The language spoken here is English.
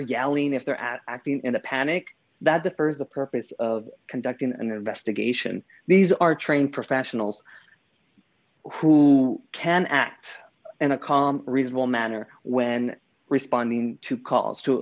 yelling if they're at acting in a panic that the st the purpose of conducting an investigation these are trained professionals who can act in a calm reasonable manner when responding to calls